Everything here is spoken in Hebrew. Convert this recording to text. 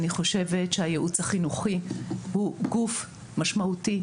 אני חושבת שהייעוץ החינוכי הוא גוף משמעותי,